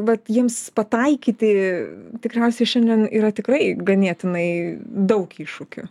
vat jiems pataikyti tikriausiai šiandien yra tikrai ganėtinai daug iššūkių